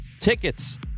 tickets